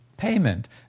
Payment